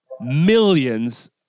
millions